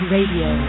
Radio